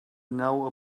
know